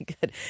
good